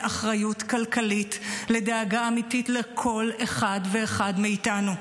אחריות כלכלית לדאגה אמיתית לכל אחד ואחד מאיתנו.